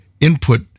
input